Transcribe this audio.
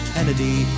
Kennedy